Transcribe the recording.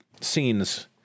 scenes